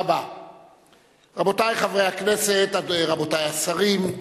רבותי חברי הכנסת, רבותי השרים,